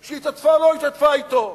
שהיא התעטפה או לא התעטפה בו.